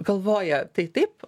galvoja tai taip